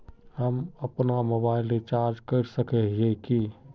हम अपना mobile recharge कर सकय हिये की?